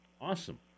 Awesome